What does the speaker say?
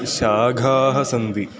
शाखाः सन्ति